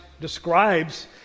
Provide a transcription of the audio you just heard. describes